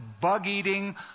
bug-eating